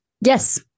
Yes